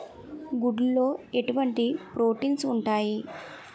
గుడ్లు లో ఎటువంటి ప్రోటీన్స్ ఉంటాయి?